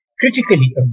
critically